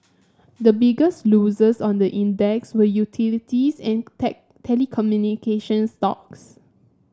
the biggest losers on the index were utilities and telecommunication stocks